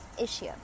issue